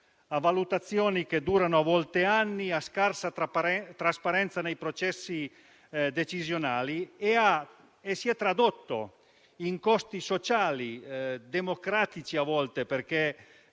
a valutazioni che durano a volte anni, a scarsa trasparenza nei processi decisionali e si è tradotto in costi sociali (democratici a volte, perché